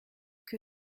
que